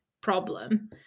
problem